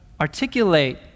articulate